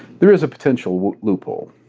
there is a potential loophole.